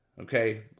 Okay